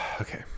Okay